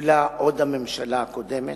שקיבלה עוד הממשלה הקודמת,